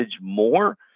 more